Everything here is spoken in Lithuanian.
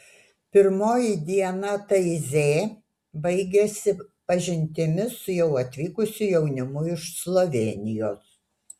pirmoji diena taizė baigėsi pažintimi su jau atvykusiu jaunimu iš slovėnijos